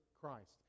Christ